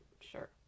sure